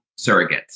surrogates